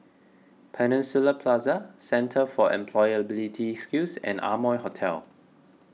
Peninsula Plaza Centre for Employability Skills and Amoy Hotel